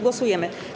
Głosujemy.